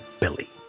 Billy